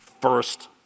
first